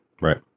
Right